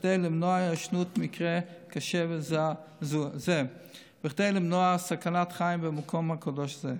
כדי למנוע הישנות מקרה קשה זה וכדי למנוע סכנת חיים במקום הקדוש הזה.